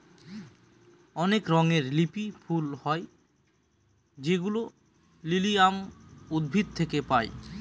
অনেক রঙের লিলি ফুল হয় যেগুলো লিলিয়াম উদ্ভিদ থেকে পায়